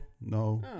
no